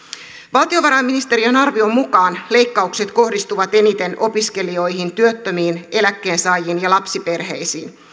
valtiovarainministeriön arvion mukaan leikkaukset kohdistuvat eniten opiskelijoihin työttömiin eläkkeensaajiin ja lapsiperheisiin